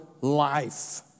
life